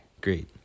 Great